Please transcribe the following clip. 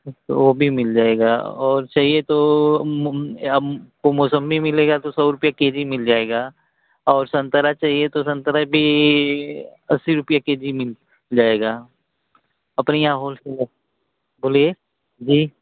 तो वह भी मिल जाएगा और चाहिए तो आपको मौसम्बी मिलेगी तो सौ रुपये के जी मिल जाएगी और संतरा चाहिए तो संतरा भी अस्सी रुपये के जी मिल जाएगा अपने यहाँ होलसेलर है बोलिए जी